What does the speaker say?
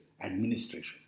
administration